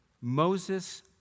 Moses